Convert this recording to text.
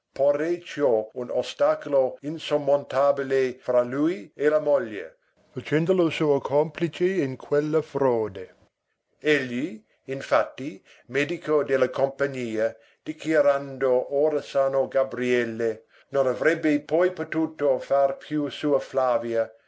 cioè un ostacolo insormontabile fra lui e la moglie facendolo suo complice in quella frode egli infatti medico della compagnia dichiarando ora sano gabriele non avrebbe poi potuto far più sua flavia